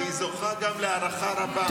מירב, היא זוכה גם להערכה רבה.